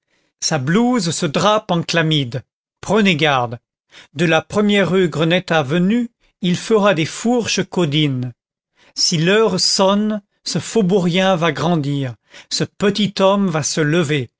sa blouse se drape en chlamyde prenez garde de la première rue greneta venue il fera des fourches caudines si l'heure sonne ce faubourien va grandir ce petit homme va se lever